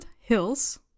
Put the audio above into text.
Hill's